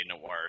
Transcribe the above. noir